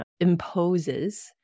imposes